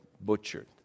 butchered